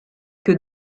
que